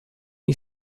you